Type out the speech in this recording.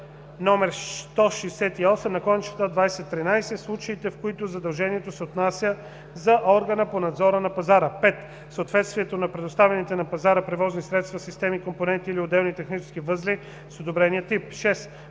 № 168/2013 в случаите, в които задължението се отнася за органа по надзор на пазара; 5. съответствието на предоставените на пазара превозни средства, системи, компоненти или отделни технически възли с одобрения тип; 6.